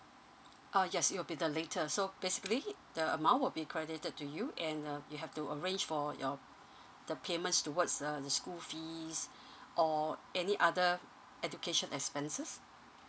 uh yes it'll be the later so basically the amount would be credited to you and uh you have to arrange for your the payments towards uh the school fees or any other education expenses